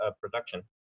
production